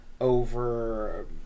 over